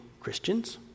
Christians